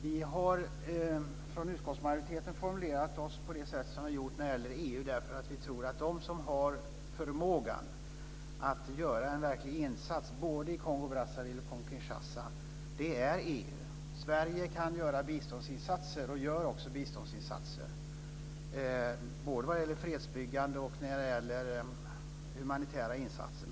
Vi har från utskottsmajoriteten formulerat oss som vi gjort när det gäller EU därför att vi tror att den instans som har förmågan att göra en verklig insats, både i Kongo-Brazzaville och i Kongo Kinshasa, är EU. Sverige kan göra biståndsinsatser och gör också sådana, både när det gäller fredsbyggande och när det gäller humanitära insatser.